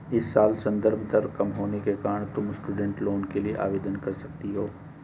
इस साल संदर्भ दर कम होने के कारण तुम स्टूडेंट लोन के लिए आवेदन कर सकती हो